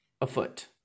afoot